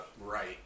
Right